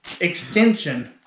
extension